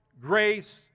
grace